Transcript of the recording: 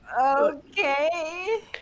Okay